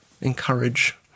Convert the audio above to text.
encourage